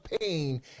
pain